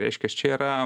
reiškias čia yra